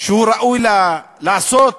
שראוי לעשות